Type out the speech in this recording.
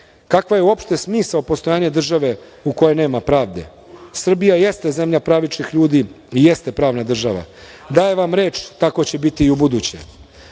Kakvo je uopšte smisao postojanja države u kojoj nema pravde? Srbija jeste zemlja pravičnih ljudi i jeste pravna država. Dajem vam reč, tako će biti i u buduće. Žene